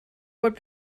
would